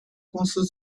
公司